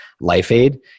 LifeAid